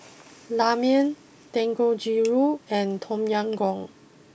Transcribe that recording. Ramen Dangojiru and Tom Yam Goong